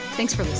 thanks for